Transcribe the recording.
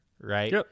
right